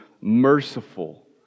merciful